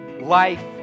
life